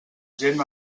gent